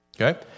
Okay